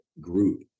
group